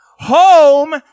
Home